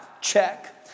Check